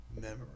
memory